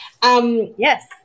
Yes